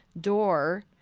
door